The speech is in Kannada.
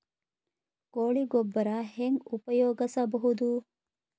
ಕೊಳಿ ಗೊಬ್ಬರ ಹೆಂಗ್ ಉಪಯೋಗಸಬಹುದು?